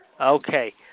Okay